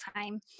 time